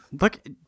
Look